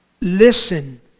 listen